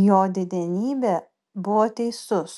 jo didenybė buvo teisus